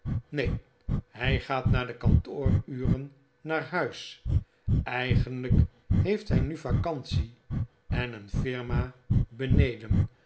neen hy gaat na de kantooruren naar huis eigenlyk heeft hy nu vacantie en een firma beneden